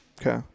Okay